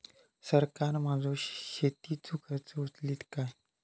सरकार माझो शेतीचो खर्च उचलीत काय?